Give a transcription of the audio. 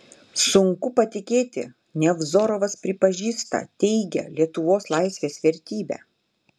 sunku patikėti nevzorovas pripažįsta teigia lietuvos laisvės vertybę